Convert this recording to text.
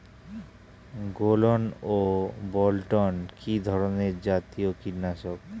গোলন ও বলটন কি ধরনে জাতীয় কীটনাশক?